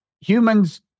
humans